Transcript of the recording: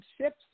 ships